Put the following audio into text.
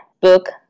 book